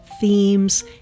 themes